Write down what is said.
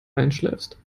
einschläfst